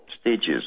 stages